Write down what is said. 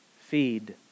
feed